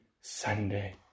Sunday